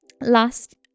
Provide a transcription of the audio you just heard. Last